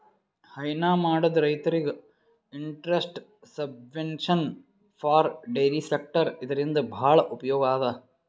ಹೈನಾ ಮಾಡದ್ ರೈತರಿಗ್ interest subvention for dairy sector ಇದರಿಂದ್ ಭಾಳ್ ಉಪಯೋಗ್ ಅದಾ